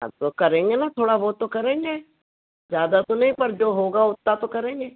हाँ तो करेंगे न थोड़ा बहुत तो करेंगे ज़्यादा तो नहीं पर जो होगा ओत्ता तो करेंगे